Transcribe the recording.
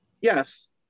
Yes